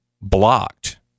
blocked